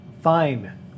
Fine